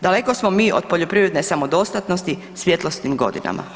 Daleko smo mi od poljoprivredne samodostatnosti i svjetlosnim godinama.